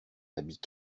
habit